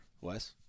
Wes